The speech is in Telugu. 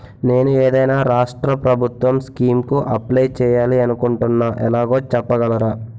నేను ఏదైనా రాష్ట్రం ప్రభుత్వం స్కీం కు అప్లై చేయాలి అనుకుంటున్నా ఎలాగో చెప్పగలరా?